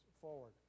forward